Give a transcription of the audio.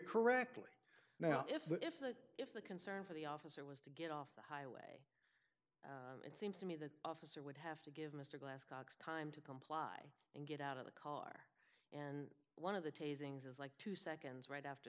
correctly now if if the if the concern for the officer was to get off the highway it seems to me the officer would have to give mr glascock time to comply and get out of the car and one of the tasing says like two seconds right after